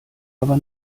aber